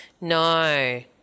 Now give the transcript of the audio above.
No